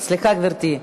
סליחה, גברתי.